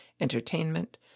entertainment